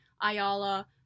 Ayala